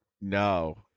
No